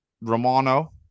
Romano